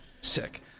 sick